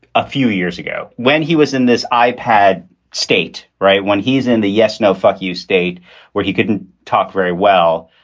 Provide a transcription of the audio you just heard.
a few years ago when he was in this ipad state, right when he's in the yes no fuck you state where he couldn't talk very well,